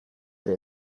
ere